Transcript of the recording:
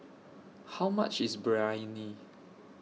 How much IS Biryani